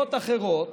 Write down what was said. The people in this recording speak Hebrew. בנסיבות אחרות,